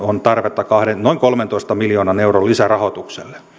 on tarvetta noin kolmentoista miljoonan euron lisärahoitukselle